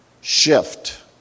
shift